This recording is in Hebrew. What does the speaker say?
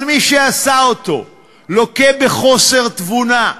אבל מי שעשה אותו לוקה בחוסר תבונה,